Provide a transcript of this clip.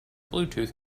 bluetooth